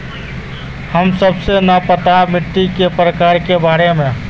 हमें सबके न पता मिट्टी के प्रकार के बारे में?